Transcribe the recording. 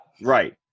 Right